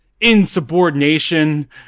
insubordination